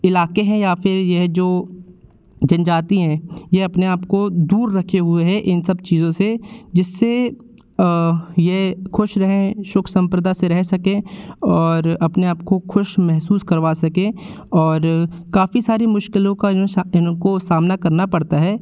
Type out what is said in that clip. इलाक़े हैं या फिर यह जो जनजाति हैं ये अपने आपको दूर रखे हुए हैं इन सब चीज़ों से जिससे ये ख़ुश रहें सुख संपदा से रह सकें और अपने आपको ख़ुश महसूस करवा सकें और काफ़ी सारी मुश्किलों का जो है इनको सामना करना पड़ता है